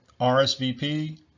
RSVP